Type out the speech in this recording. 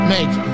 Make